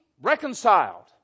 reconciled